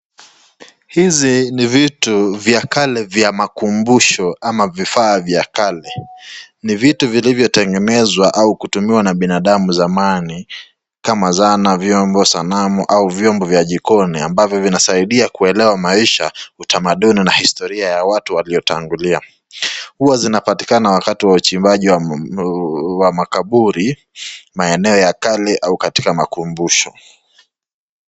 Hizi ni vitu vya kale vya makumbusho ama vifaa vya kale. Ni vitu vilitengenezwa au kutumiwa na binadamu zamani kama zana, vyombo, sanamu au vyombo vya jikoni ambavyo vinasaidia kuelewa maisha, utamaduni na historia ya watu waliotangulia. Huwa zinapatikana wakati wa uchimbaji wa wa makaburi, maeneo ya kale au katika makumbusho.